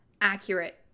accurate